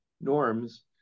norms